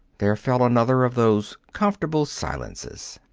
there fell another of those comfortable silences.